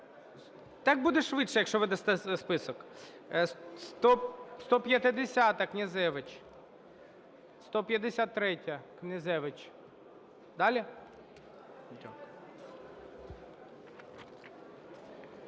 Так буде швидше, якщо ви дасте список. 150-а, Князевич. 153-я, Князевич. Далі?